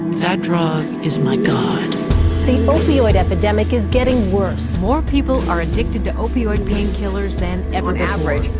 that drug is my god the opioid epidemic is getting worse more people are addicted to opioid painkillers than ever,